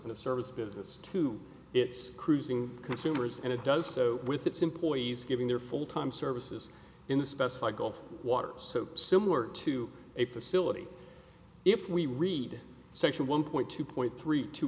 in a service business to its cruising consumers and it does so with its employees giving their full time services in the specified gulf waters so similar to a facility if we read section one point two point three to